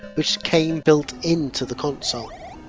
which came built in to the console.